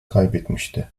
kaybetmişti